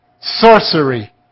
Sorcery